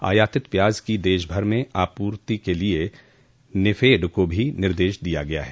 आयातित प्याज की देशभर में आपूर्ति के लिए नेफेड को भी निर्देश दिया गया है